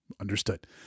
Understood